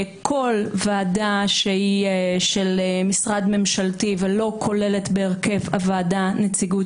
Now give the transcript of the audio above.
כל ועדה שהיא של משרד ממשלתי ולא כוללת בהרכב הוועדה נציגות